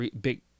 big